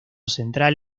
central